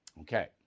Okay